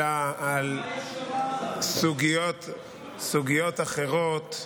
אלא על סוגיות אחרות,